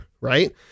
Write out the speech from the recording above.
right